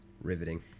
Riveting